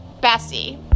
Bessie